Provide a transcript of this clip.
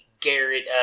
Garrett